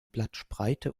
blattspreite